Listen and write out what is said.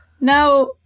Now